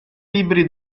liberi